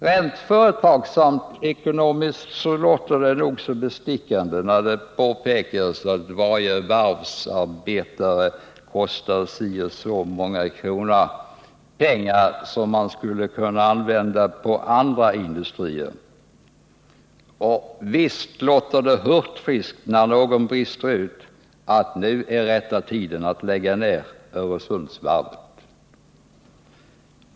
Rent företagsekonomiskt låter det nog så bestickande när det påpekas att varje varvsarbetare kostar si och så många kronor, pengar som man skulle kunna använda på andra industrier. Och visst låter det hurtfriskt när någon brister ut att nu är rätta tiden att lägga ner Öresundsvarvet.